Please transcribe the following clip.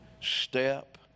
step